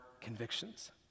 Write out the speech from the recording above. convictions